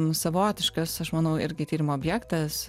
savotiškas aš manau irgi tyrimo objektas